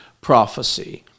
prophecy